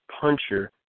puncher